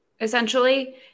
essentially